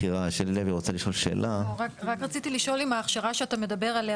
רק רציתי לשאול אם ההכשרה שאתה מדבר עליה